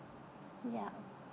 yup